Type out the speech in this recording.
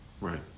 Right